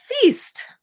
Feast